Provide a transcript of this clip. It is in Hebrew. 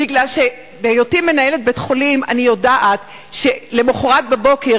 בגלל היותי מנהלת בית-חולים אני יודעת שלמחרת בבוקר,